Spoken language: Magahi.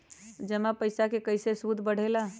जमा पईसा के कइसे सूद बढे ला?